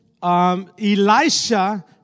Elisha